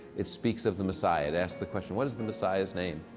it speaks of the messiah. it asks the question, what is the messiah's name?